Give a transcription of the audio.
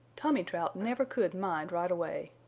tommy trout never could mind right away.